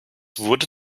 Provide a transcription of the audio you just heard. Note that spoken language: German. wurde